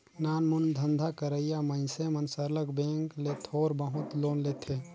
नानमुन धंधा करइया मइनसे मन सरलग बेंक ले थोर बहुत लोन लेथें